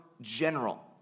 general